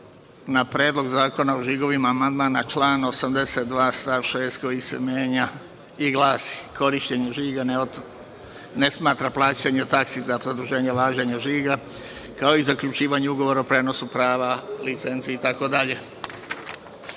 na Predlog zakona o žigovima amandman na član 82. stav 6. koji se menja i glasi: „Korišćenjem žiga ne smatra plaćanje takse za produženje važećeg žiga kao i zaključivanje ugovora o prenosu prava, licenci i